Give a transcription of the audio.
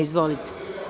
Izvolite.